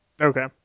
Okay